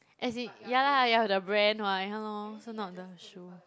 as in ya lah ya the brand [what] ya lor also not the shoe